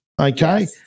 Okay